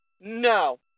No